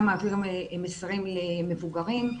גם מעביר מסרים למבוגרים.